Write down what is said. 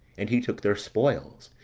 and he took their spoils,